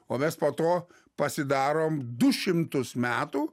o mes po to pasidarom du šimtus metų